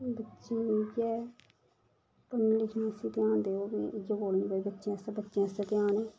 बच्चें गी इयै पढ़ने लिखने आस्तै ध्यान देओ में इ'यै बोलनी भई बच्चें आस्तै बच्चें आस्तै ध्यान